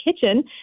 Kitchen